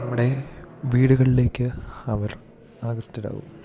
നമ്മുടെ വീടുകളിലേക്ക് അവർ ആകൃഷ്ടരാകും